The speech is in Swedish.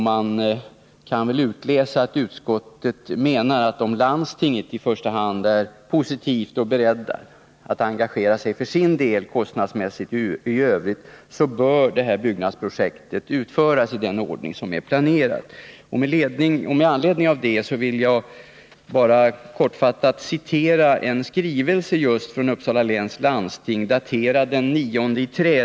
Man kan väl utläsa att utskottet menar att om landstinget är positivt och för sin del är berett att engagera sig kostnadsmässigt och i övrigt, så bör det här byggnadsprojektet utföras i den ordning som är planerad. Med anledning härav vill jag citera ur en skrivelse just från Uppsala läns landsting, daterad den 9 mars.